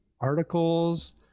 articles